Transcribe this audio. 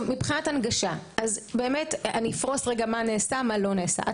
מבחינת הנגשה: אני אפרוש רגע מה נעשה ומה לא נעשה.